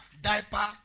diaper